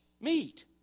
meat